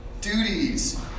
duties